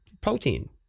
protein